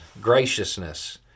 graciousness